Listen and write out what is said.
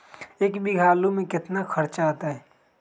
एक बीघा आलू में केतना खर्चा अतै?